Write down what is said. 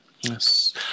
Yes